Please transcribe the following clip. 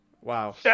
Wow